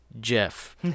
Jeff